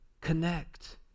Connect